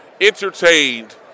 entertained